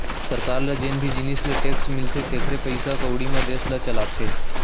सरकार ल जेन भी जिनिस ले टेक्स मिलथे तेखरे पइसा कउड़ी म देस ल चलाथे